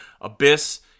Abyss